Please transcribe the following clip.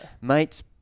Mates